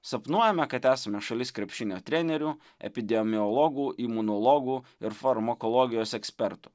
sapnuojame kad esame šalis krepšinio trenerių epidemiologų imunologų ir farmakologijos ekspertų